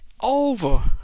Over